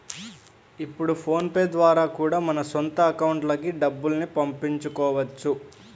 ఇప్పుడు PhonePe ద్వారా కూడా మన సొంత అకౌంట్లకి డబ్బుల్ని పంపించుకోవచ్చు